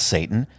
Satan